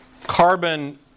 carbon